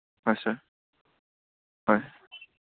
হয় ছাৰ হয়